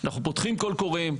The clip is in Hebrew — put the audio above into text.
אנחנו פותחים קולות קוראים,